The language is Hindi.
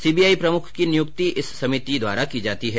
सी बी आई प्रमुख की नियुक्ति इसी समिति द्वारा की जाती है